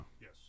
Yes